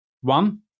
One